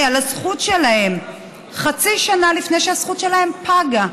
על הזכות שלהם חצי שנה לפני שהזכות שלהם פגה.